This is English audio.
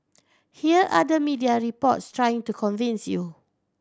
here are the media reports trying to convince you